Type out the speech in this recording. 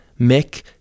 Mick